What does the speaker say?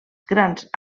grans